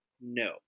No